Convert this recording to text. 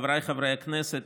חבריי חברי הכנסת,